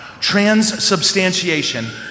Transubstantiation